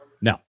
No